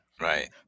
right